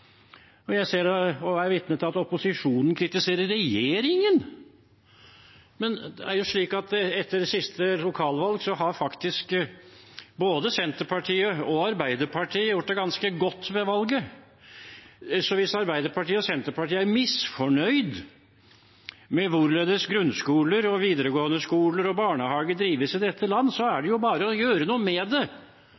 Jeg er vitne til at opposisjonen kritiserer regjeringen. Men etter siste lokalvalg har faktisk både Senterpartiet og Arbeiderpartiet gjort det ganske godt ved valget, så hvis Arbeiderpartiet og Senterpartiet er misfornøyd med hvordan grunnskoler, videregående skoler og barnehager drives i dette land, er det bare å gjøre noe med det, for de